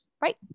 Right